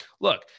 Look